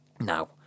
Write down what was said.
Now